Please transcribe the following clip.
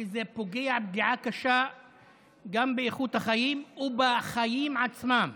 כי זה פוגע פגיעה קשה גם באיכות החיים ובחיים עצמם.